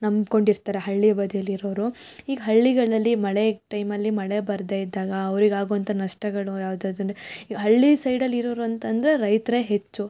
ನಂಬ್ಕೊಂಡಿರ್ತತಾರೆ ಹಳ್ಳಿ ಬದಿಯಲ್ಲಿರೋವ್ರು ಈಗ ಹಳ್ಳಿಗಳಲ್ಲಿ ಮಳೆ ಟೈಮಲ್ಲಿ ಮಳೆ ಬರದೇ ಇದ್ದಾಗ ಅವ್ರಿಗೆ ಆಗುವಂಥ ನಷ್ಟಗಳು ಯಾವ್ದುಯಾವ್ದಂದ್ರೆ ಈಗ ಹಳ್ಳಿ ಸೈಡಲ್ಲಿ ಇರೋವ್ರು ಅಂತಂದರೆ ರೈತರೇ ಹೆಚ್ಚು